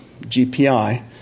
GPI